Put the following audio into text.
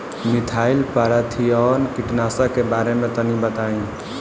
Methyl parathion कीटनाशक के बारे में तनि बताई?